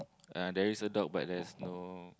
uh there is a dog but there's no